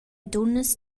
dunnas